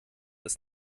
ist